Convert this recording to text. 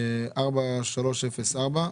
43-04,